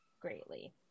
greatly